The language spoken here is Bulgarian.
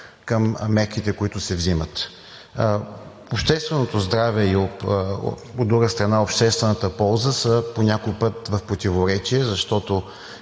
към мерките, които се взимат. Общественото здраве и, от друга страна, обществената полза по някой път са в противоречие, защото